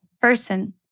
person